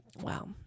Wow